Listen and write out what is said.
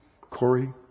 Corey